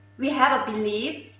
we have a belief,